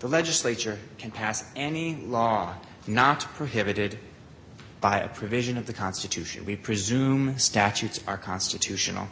the legislature can pass any law not prohibited by a provision of the constitution we presume statutes are constitutional